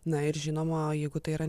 na ir žinoma jeigu tai yra